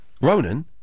Ronan